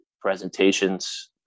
presentations